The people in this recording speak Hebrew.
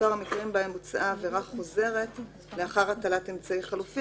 ומספר המקרים בהם בוצעה עבירה חוזרת לאחר הטלת אמצעי חלופי,